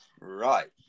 Right